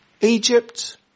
Egypt